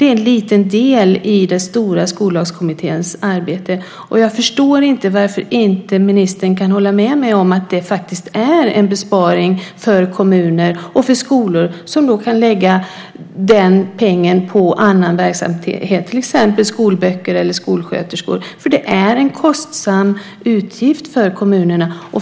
Jag förstår inte varför inte ministern kan hålla med mig om att det faktiskt vore en besparing för kommuner och för skolor som då skulle kunna lägga den pengen på annat, till exempel skolböcker eller skolsköterskor, för detta är en kostsam utgift för kommunerna.